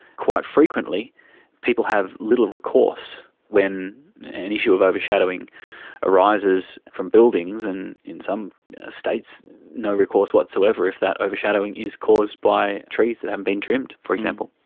quite frequently people have little recourse when an issue of overshadowing arises from buildings, and in some states no recourse whatsoever if that overshadowing is caused by trees that haven't been trimmed, for example.